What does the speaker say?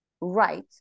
right